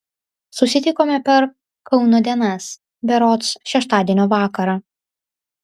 susitikome per kauno dienas berods šeštadienio vakarą